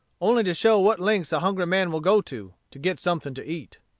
only to show what lengths a hungry man will go to, to get something to eat.